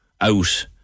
out